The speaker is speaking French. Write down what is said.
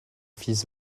fils